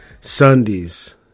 Sundays